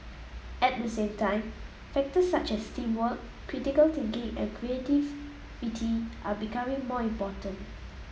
at the same time factors such as teamwork critical thinking and creativity are becoming more important